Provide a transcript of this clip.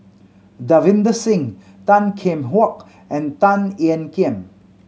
Davinder Singh Tan Kheam Hock and Tan Ean Kiam